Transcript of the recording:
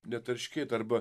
netarškėt arba